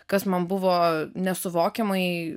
kas man buvo nesuvokiamai